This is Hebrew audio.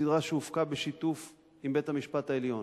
סדרה שהופקה בשיתוף בית-המשפט העליון.